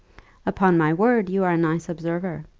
upon my word, you are a nice observer.